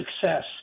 success